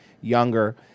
Younger